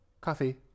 coffee